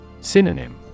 Synonym